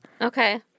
Okay